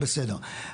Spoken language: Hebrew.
בסדר.